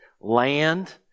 land